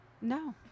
No